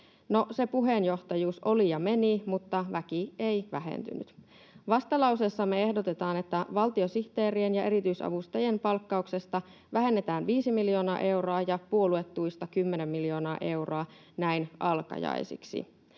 No, se puheenjohtajuus oli ja meni, mutta väki ei vähentynyt. Vastalauseessamme ehdotetaan, että valtiosihteerien ja erityisavustajien palkkauksesta vähennetään 5 miljoonaa euroa ja puoluetuista 10 miljoonaa euroa — näin alkajaisiksi.